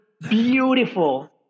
beautiful